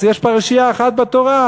אז יש פרשייה אחת בתורה.